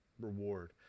reward